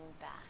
back